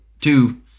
two